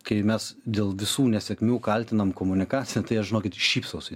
kai mes dėl visų nesėkmių kaltinam komunikaciją tai aš žinokit šypsausi